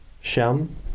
Shem